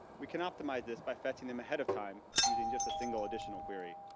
we can optimize this by fetching them ahead of time using just a single additional query.